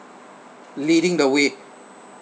leading the way